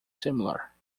similar